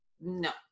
no